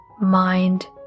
mind